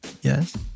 Yes